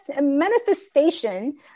manifestation